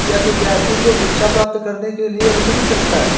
क्या विद्यार्थी को शिक्षा प्राप्त करने के लिए ऋण मिल सकता है?